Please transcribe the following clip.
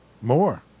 More